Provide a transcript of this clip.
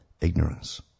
ignorance